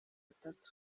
atatu